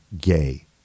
gay